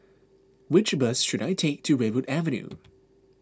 which bus should I take to Redwood Avenue